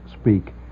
speak